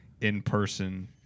in-person